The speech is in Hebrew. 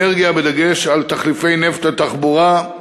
אנרגיה בדגש על תחליפי נפט לתחבורה.